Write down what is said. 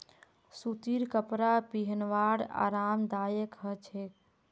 सूतीर कपरा पिहनवार आरामदायक ह छेक